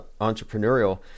entrepreneurial